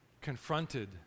confronted